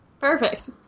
Perfect